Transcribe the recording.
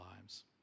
lives